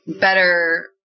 better